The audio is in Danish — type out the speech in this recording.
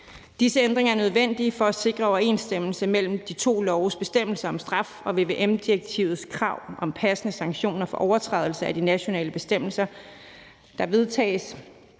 Disse ændringer er nødvendige for at sikre overensstemmelse mellem de to loves bestemmelser om straf og vvm-direktivets krav om passende sanktioner for overtrædelse af de nationale bestemmelser, der vedtages